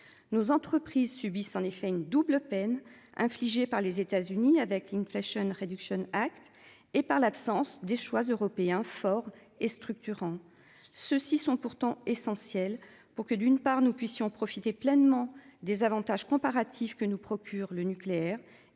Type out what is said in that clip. Nos entreprises subissent en effet une double peine infligée par les États-Unis avec l'inflation réduction Act et par l'absence des choix européens fort et structurant. Ceux-ci sont pourtant essentiel pour que d'une part nous puissions profiter pleinement des avantages comparatifs que nous procure le nucléaire,